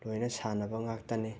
ꯂꯣꯏꯅ ꯁꯥꯟꯅꯕ ꯉꯥꯛꯇꯅꯤ